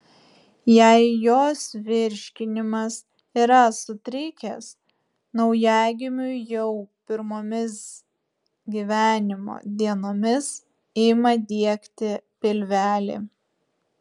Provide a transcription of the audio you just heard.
jei jos virškinimas yra sutrikęs naujagimiui jau pirmomis gyvenimo dienomis ima diegti pilvelį